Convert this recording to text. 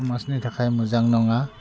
समाजनि थाखाय मोजां नङा